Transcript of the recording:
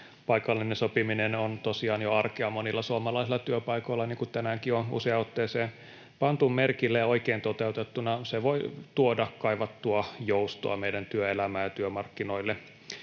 Paikallinen sopiminen on tosiaan jo arkea monilla suomalaisilla työpaikoilla, niin kuin tänäänkin on useaan otteeseen pantu merkille. Oikein toteutettuna se voi tuoda kaivattua joustoa meidän työelämään ja työmarkkinoille